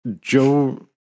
Joe